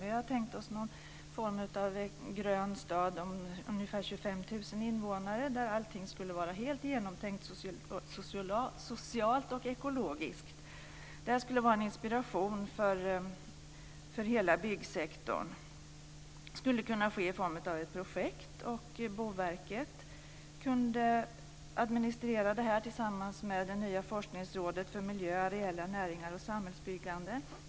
Vi tänker oss någon form av en grön stad med ungefär 25 000 invånare där allting skulle vara genomtänkt socialt och ekologiskt. Det skulle vara en inspiration för hela byggsektorn. Det skulle kunna ske i form av ett projekt, och Boverket kunde administrera det tillsammans med det nya forskningsrådet för miljö, areella näringar och samhällsbyggande.